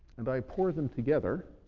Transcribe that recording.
and i pour them together,